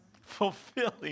Fulfilling